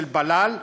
של בל"ל,